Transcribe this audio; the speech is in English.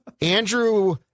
Andrew